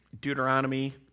Deuteronomy